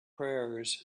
prayers